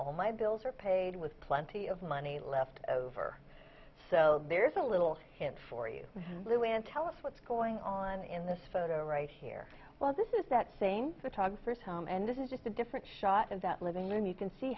all my bills are paid with plenty of money left over so there's a little hint for you lou and tell us what's going on in this photo right here well this is that same photographer's home and this is just a different shot of that living room you can see